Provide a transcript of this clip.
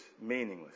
meaningless